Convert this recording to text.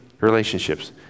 relationships